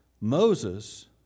Moses